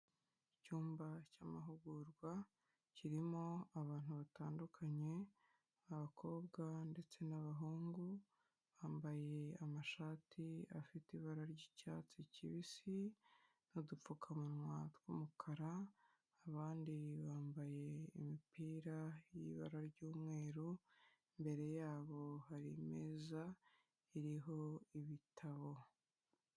Icyumba cy'amahugurwa kirimo abantu batandukanye, abakobwa ndetse n'abahungu, bambaye amashati afite ibara ry'icyatsi kibisi n'udupfukamunwa tw'umukara abandi bambaye imipira y'ibara ry'umweru, imbere yabo hari imeza iriho ibitabo.